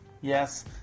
Yes